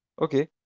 Okay